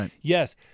yes—